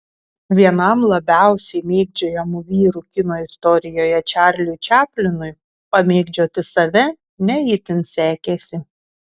vienam labiausiai mėgdžiojamų vyrų kino istorijoje čarliui čaplinui pamėgdžioti save ne itin sekėsi